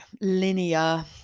linear